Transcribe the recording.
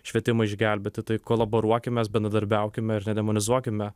švietimą išgelbėti tai kolaboruokimės bendradarbiaukime ir nedemonizuokime